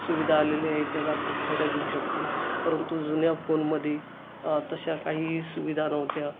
सुविधा आलेल्या आहे त्याचा आपण फायदा घेऊ शकतो परंतु जुन्या फोनमध्ये तशा काहीही सुविधा नव्हत्या